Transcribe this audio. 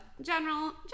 general